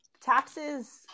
taxes